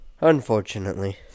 unfortunately